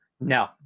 no